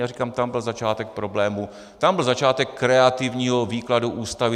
Já říkám, tam byl začátek problémů, tam byl začátek kreativního výkladu Ústavy.